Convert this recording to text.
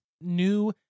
new